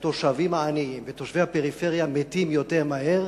שהתושבים העניים ותושבי הפריפריה מתים יותר מהר,